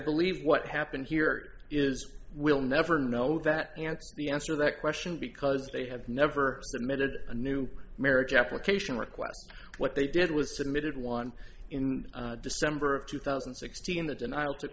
believe what happened here is we'll never know that answer the answer that question because they have never submitted a new marriage application request what they did was submitted one in december of two thousand and sixteen the denial took